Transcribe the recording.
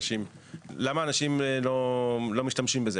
למה אנשים לא משתמשים בזה?